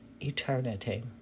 eternity